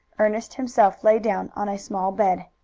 ernest himself lay down on a small bed.